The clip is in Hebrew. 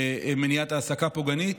מניעת העסקה פוגענית,